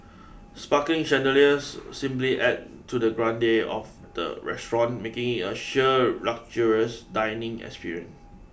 sparkling chandeliers simply adds to the grandeur of the restaurant making it a sheer luxurious dining experience